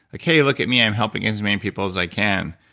like, hey, look at me i'm helping as many people as i can.